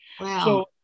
Wow